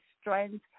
strength